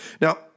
Now